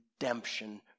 redemption